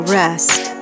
rest